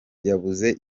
yabuze